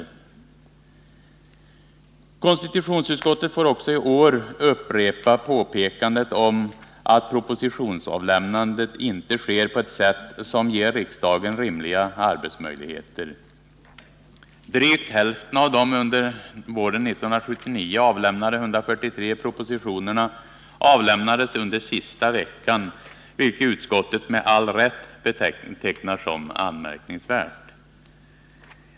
Konstitutionsutskottet får också i år upprepa påpekandet om att propositionsavlämnandet inte sker på ett sätt som ger riksdagen rimliga arbetsmöjligheter. Drygt hälften av de under våren 1979 avlämnade 143 propositionerna avlämnades under sista veckan, vilket utskottet med all rätt betecknar som anmärkningsvärt.